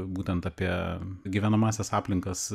būtent apie gyvenamąsias aplinkas